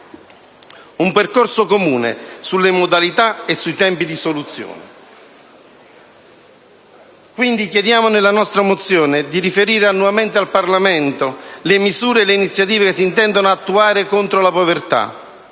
un percorso comune sulle modalità e sui tempi di soluzione. Chiediamo nella nostra mozione di riferire annualmente al Parlamento le misure e le iniziative che si intendono attuare contro la povertà,